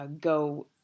go